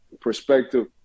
perspective